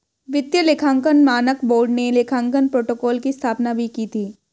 वित्तीय लेखांकन मानक बोर्ड ने लेखांकन प्रोटोकॉल की स्थापना भी की थी